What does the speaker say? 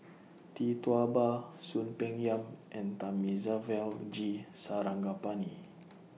Tee Tua Ba Soon Peng Yam and Thamizhavel G Sarangapani